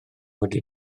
wedi